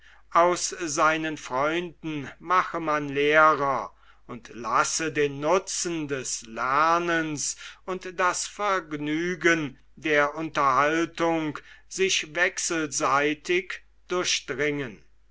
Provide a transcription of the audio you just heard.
aus seinen freunden mache man lehrer und lasse den nutzen des lernens und das vergnügen der unterhaltung sich wechselseitig durchdringen